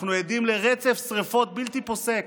אנחנו עדים לרצף שרפות בלתי פוסק